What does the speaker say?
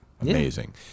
Amazing